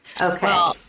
Okay